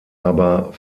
aber